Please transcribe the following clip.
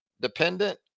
dependent